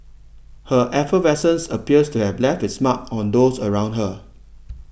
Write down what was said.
her effervescence appears to have left its mark on those around her